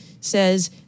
says